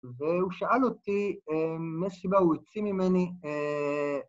והוא שאל אותי, מסי בא, הוא יוצא ממני,